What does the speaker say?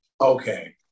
okay